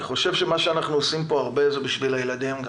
מה שאנחנו עושים פה הרבה הוא בשביל הילדים.